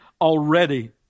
already